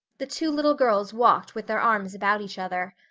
the two little girls walked with their arms about each other.